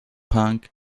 punk